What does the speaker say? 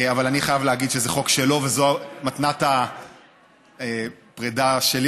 אבל אני חייב להגיד שזה חוק שלו וזו מתנת הפרידה שלי,